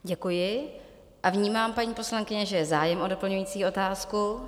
Děkuji a vnímám, paní poslankyně, že je zájem o doplňující otázku.